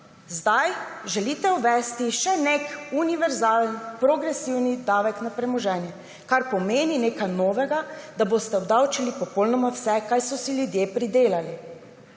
zdaj želite uvesti še nek univerzalen progresivni davek na premoženje. Kar pomeni nekaj novega, da boste obdavčili popolnoma vse, kar so si ljudje pridelali.